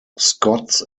scotts